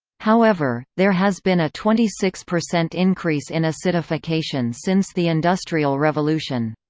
however, there has been a twenty six percent increase in acidification since the industrial revolution.